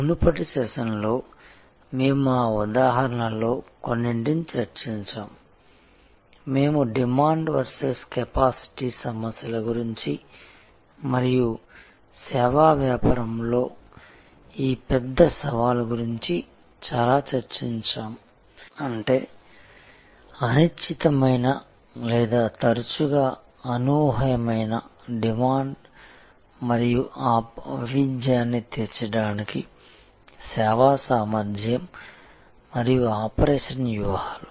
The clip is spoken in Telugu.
మునుపటి సెషన్లో మేము ఆ ఉదాహరణలలో కొన్నింటిని చర్చించాము మేము డిమాండ్ వర్సెస్ కెపాసిటీ సమస్యల గురించి మరియు సేవా వ్యాపారంలో ఈ పెద్ద సవాలు గురించి చాలా చర్చించాము అంటే అనిశ్చితమైన లేదా తరచుగా అనూహ్యమైన డిమాండ్ మరియు ఆ వైవిధ్యాన్ని తీర్చడానికి సేవా సామర్థ్యం మరియు ఆపరేషన్ వ్యూహాలు